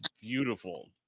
beautiful